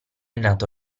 nato